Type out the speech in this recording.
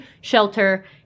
shelter